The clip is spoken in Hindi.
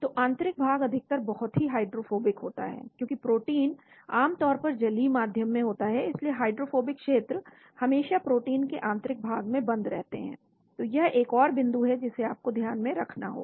तो आंतरिक भाग अधिकतर बहुत ही हाइड्रोफोबिक होता है क्योंकि प्रोटीन आमतौर पर जलीय माध्यम में होता है इसलिए हाइड्रोफोबिक क्षेत्र हमेशा प्रोटीन के आंतरिक भाग में बंद रहते हैं तो यह एक और बिंदु है जिसे आपको ध्यान में रखना होगा